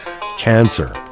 cancer